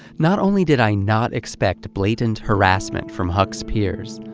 not only did i not expect blatant harassment from huck's peers,